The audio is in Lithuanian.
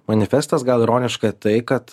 manifestas gal ironiška tai kad